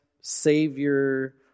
Savior